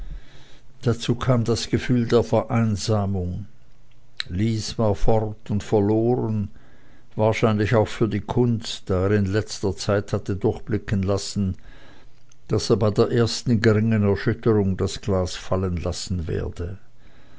dazu kam das gefühl der vereinsamung lys war fort und verloren wahrscheinlich auch für die kunst da er in letzter zeit hatte durchblicken lassen daß er bei der ersten geringen erschütterung das glas fallen lassen werde